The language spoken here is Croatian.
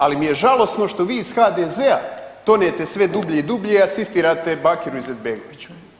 Ali mi je žalosno što vi iz HDZ-a tonete sve dublje i dublje, asistirate Bakiru Izetbegoviću.